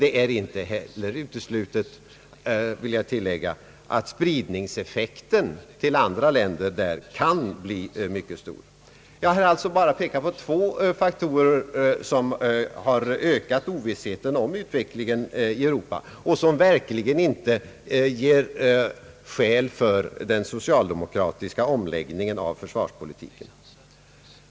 Det är inte uteslutet att spridningseffekten till andra länder kan bli mycket stor. Jag har alltså bara pekat på två faktorer som ökat ovissheten om utvecklingen i Europa och som inte ger skäl för den socialdemokratiska omläggningen av försvarspolitiken.